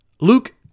Luke